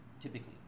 typically